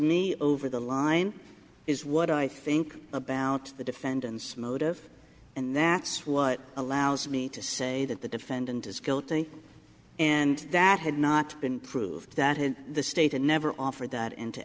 me over the line is what i think about the defendant's motive and that's what allows me to say that the defendant is guilty and that had not been proved that in the state and never offered